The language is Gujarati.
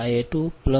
5 j 0